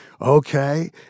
Okay